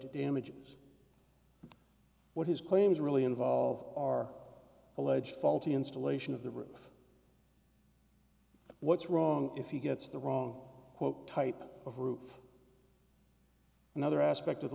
d damages what his claims really involve our alleged faulty installation of the roof what's wrong if he gets the wrong quote type of roof another aspect of the